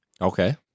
Okay